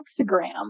hexagram